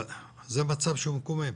זה מצב שהוא מקומם,